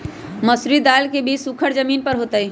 मसूरी दाल के बीज सुखर जमीन पर होतई?